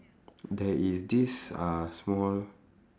there is this uh small